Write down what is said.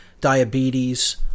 diabetes